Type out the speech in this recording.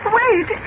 wait